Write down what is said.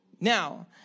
Now